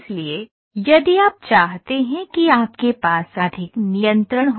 इसलिए यदि आप चाहते हैं कि आपके पास अधिक नियंत्रण हो